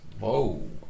Whoa